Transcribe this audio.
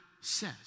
says